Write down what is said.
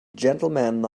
gentlemen